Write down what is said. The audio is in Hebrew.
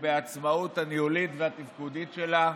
ובעצמאות הניהולית והתפקודית שלה.